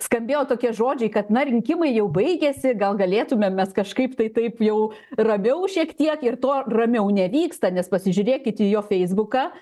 skambėjo tokie žodžiai kad na rinkimai jau baigėsi gal galėtumėm mes kažkaip tai taip jau ramiau šiek tiek ir to ramiau nevyksta nes pasižiūrėkit į jo feisbuką